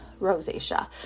rosacea